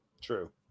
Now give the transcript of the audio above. True